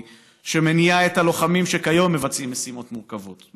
שמניעה את הלוחמים שכיום מבצעים משימות מורכבות,